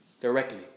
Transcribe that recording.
directly